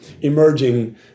emerging